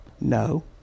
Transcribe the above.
No